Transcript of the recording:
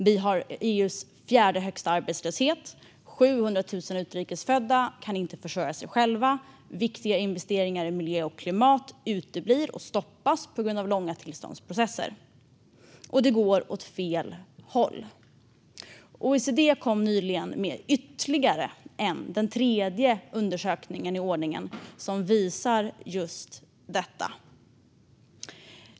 Vi har EU:s fjärde högsta arbetslöshet, 700 000 utrikes födda kan inte försörja sig själva, viktiga investeringar i miljö och klimat uteblir och stoppas på grund av långa tillståndsprocesser och det går åt fel håll. OECD kom nyligen med ytterligare en undersökning, den tredje i ordningen, som visar just detta.